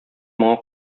моңа